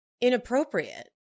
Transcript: inappropriate